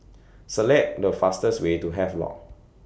Select The fastest Way to Havelock